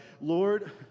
Lord